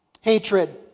hatred